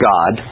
God